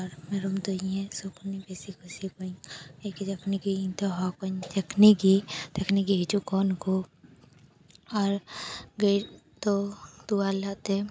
ᱟᱨ ᱢᱮᱨᱚᱢ ᱫᱚ ᱤᱧ ᱧᱮᱚᱞ ᱵᱤᱥᱤᱠᱩᱥᱤ ᱟᱠᱚ ᱟᱹᱧ ᱮᱠᱮ ᱡᱚᱠᱷᱚᱱ ᱜᱮ ᱤᱧ ᱛᱮ ᱦᱚᱦᱚ ᱟᱠᱚᱣᱟᱧ ᱛᱚᱠᱷᱱᱤ ᱜᱮ ᱛᱚᱠᱷᱚᱱᱤ ᱜᱮ ᱦᱤᱡᱩᱜ ᱟᱠᱚ ᱱᱩᱠᱩ ᱟᱨ ᱜᱟᱹᱭ ᱫᱚ ᱛᱳᱣᱟ ᱞᱟᱛᱮ